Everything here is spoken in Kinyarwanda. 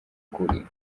kuri